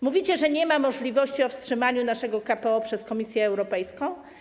Mówicie, że nie ma możliwości o wstrzymaniu naszego KPO przez Komisję Europejską?